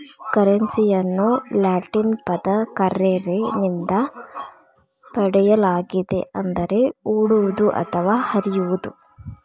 ಕರೆನ್ಸಿಯನ್ನು ಲ್ಯಾಟಿನ್ ಪದ ಕರ್ರೆರೆ ನಿಂದ ಪಡೆಯಲಾಗಿದೆ ಅಂದರೆ ಓಡುವುದು ಅಥವಾ ಹರಿಯುವುದು